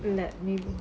let me